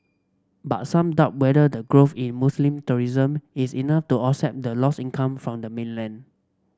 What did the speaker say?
but some doubt whether the growth in Muslim tourism is enough to offset the lost income from the mainland